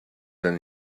and